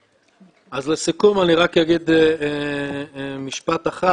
אז לסיכום אני רק אגיד משפט אחד,